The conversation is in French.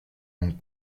ont